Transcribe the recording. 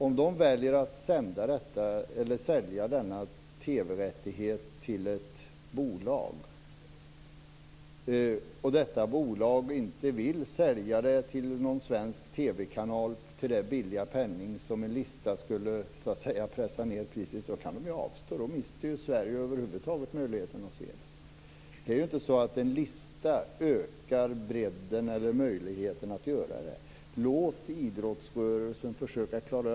Om man väljer att sälja denna TV-rättighet till ett bolag och detta bolag inte vill sälja den till en svensk TV kanal till den billiga penning som en lista skulle pressa ned priset till, kan bolaget avstå. Och då mister Sverige över huvud taget möjligheterna att se det. En lista ökar ju inte bredden eller möjligheten att se arrangemanget. Låt idrottsrörelsen försöka klara det.